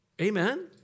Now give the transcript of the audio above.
Amen